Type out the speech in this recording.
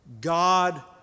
God